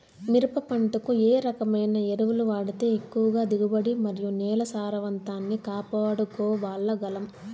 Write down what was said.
మిరప పంట కు ఏ రకమైన ఎరువులు వాడితే ఎక్కువగా దిగుబడి మరియు నేల సారవంతాన్ని కాపాడుకోవాల్ల గలం?